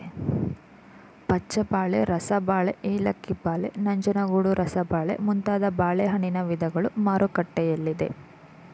ಪಚ್ಚಬಾಳೆ, ರಸಬಾಳೆ, ಏಲಕ್ಕಿ ಬಾಳೆ, ನಂಜನಗೂಡು ರಸಬಾಳೆ ಮುಂತಾದ ಬಾಳೆಹಣ್ಣಿನ ವಿಧಗಳು ಮಾರುಕಟ್ಟೆಯಲ್ಲಿದೆ